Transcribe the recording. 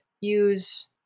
use